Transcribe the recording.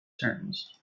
terms